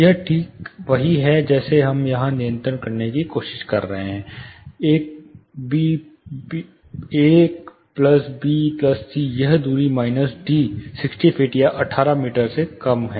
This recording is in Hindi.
यह ठीक वही है है जैसे हम यहां नियंत्रण करने की कोशिश कर रहे हैं एक प्लस बी प्लस सी यह दूरी माइनस डी 60 फीट या 18 मीटर से कम है